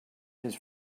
his